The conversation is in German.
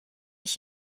ich